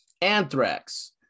Anthrax